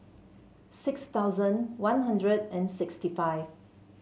six thousand One Hundred and sixty five